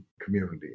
community